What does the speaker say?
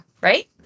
right